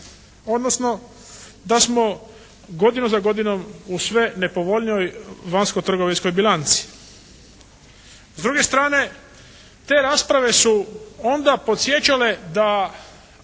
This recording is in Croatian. odnosno da smo godinu za godinom u sve nepovoljnijoj vanjsko-trgovinskoj bilanci. S druge strane te rasprave su onda podsjećale da